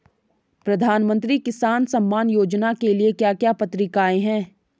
प्रधानमंत्री किसान सम्मान योजना के लिए क्या क्या पात्रताऐं हैं?